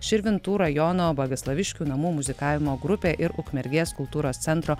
širvintų rajono bagaslaviškių namų muzikavimo grupė ir ukmergės kultūros centro